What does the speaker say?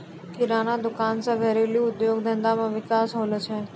किराना दुकान से घरेलू उद्योग धंधा मे विकास होलो छै